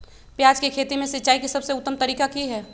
प्याज के खेती में सिंचाई के सबसे उत्तम तरीका की है?